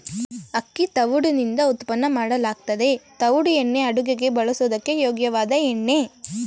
ಅಕ್ಕಿ ತವುಡುನಿಂದ ಉತ್ಪನ್ನ ಮಾಡಲಾಗ್ತದೆ ತವುಡು ಎಣ್ಣೆ ಅಡುಗೆಗೆ ಬಳಸೋದಕ್ಕೆ ಯೋಗ್ಯವಾದ ಎಣ್ಣೆ